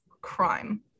crime